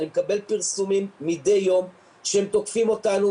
אני מקבל פרסומים מדי יום של תוקפים אותנו,